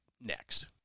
Next